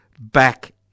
back